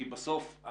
כי בסוף,